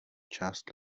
část